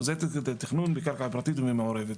לא, זה תכנון לקרקע פרטית ומעורבת.